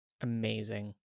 Amazing